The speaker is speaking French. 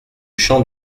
champ